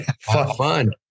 Fun